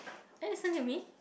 are you listen to me